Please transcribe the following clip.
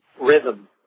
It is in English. rhythm